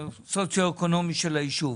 הסוציו-אקונומית של היישוב?